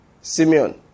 Simeon